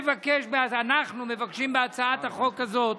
אנחנו מבקשים בהצעת החוק הזאת,